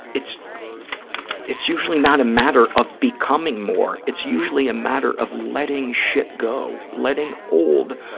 it's it's usually not a matter of becoming more. it's usually a matter of letting shit go, letting old,